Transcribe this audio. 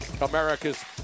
America's